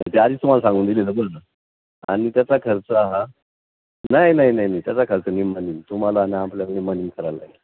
ते आधीच तुम्हाला सांगून दिलेलं बरं आणि त्याचा खर्च हा नाही नाही नाही नाही त्याचा खर्च निम्मा निम्मा तुमाला आणि आम्हाला निम्मा निम्मा करायला लागेल